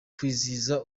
kwizihiza